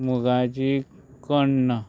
मुगाची कण्ण